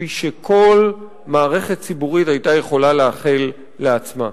כפי שכל מערכת ציבורית היתה יכולה לאחל לעצמה.